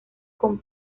con